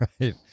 Right